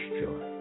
joy